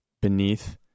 beneath